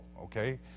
okay